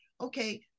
okay